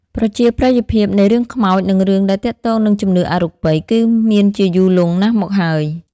ប្រជាប្រិយភាពនៃរឿងខ្មោចនិងរឿងដែលទាក់ទងនឹងជំនឿអរូបី គឺមានជាយូរលង់ណាស់មកហើយ។